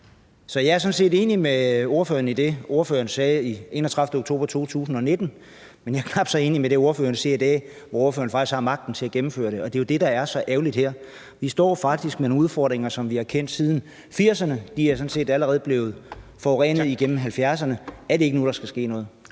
ordføreren i det, ordføreren sagde den 31. oktober 2019, men jeg er knap så enig i det, ordføreren siger i dag, hvor ordføreren faktisk har magten til at gennemføre det. Og det er jo det, der er så ærgerligt. Vi står faktisk med nogle udfordringer, som vi har kendt siden 1980'erne. Det er sådan set allerede blevet forurenet igennem 1970'erne. Er det ikke nu, der skal ske noget?